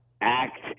act